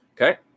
okay